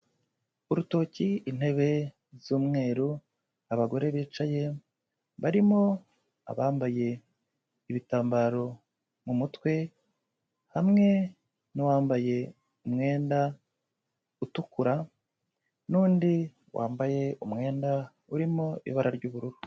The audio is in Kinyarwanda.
Urutoki, intebe z'umweru, abagore bicaye, barimo abambaye ibitambaro mu mutwe hamwe n'uwambaye umwenda utukura n'undi wambaye umwenda urimo ibara ry'ubururu.